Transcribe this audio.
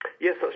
Yes